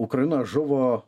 ukrainoje žuvo